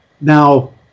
Now